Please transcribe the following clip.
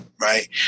Right